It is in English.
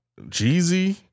Jeezy